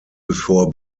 before